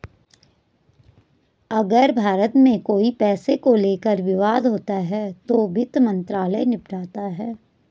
अगर भारत में कोई पैसे को लेकर विवाद होता है तो वित्त मंत्रालय निपटाता है